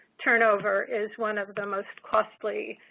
turnover is one of the most costly